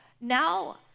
now